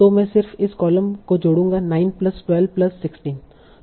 तो मैं सिर्फ इस कॉलम को जोड़ूंगा 9 प्लस 12 प्लस 16